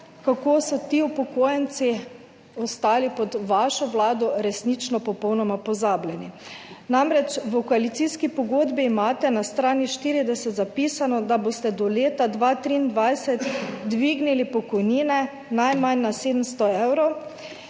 kako so ti upokojenci ostali pod vašo vlado resnično popolnoma pozabljeni. V koalicijski pogodbi imate na strani 40 zapisano, da boste do leta 2023 dvignili pokojnine najmanj na 700 evrov